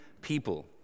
people